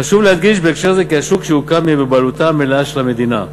חשוב להדגיש בהקשר זה כי השוק שיוקם יהיה בבעלותה המלאה של המדינה.